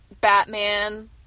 Batman